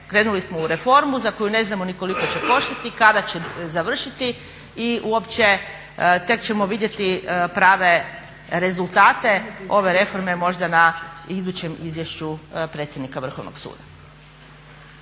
Krenuli smo u reformu za koju ne znamo ni koliko će koštati, kada će završiti i uopće tek ćemo vidjeti prave rezultate ove reforme možda idućem izvješću predsjednika Vrhovnog suda.